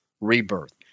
rebirth